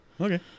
okay